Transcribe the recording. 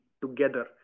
together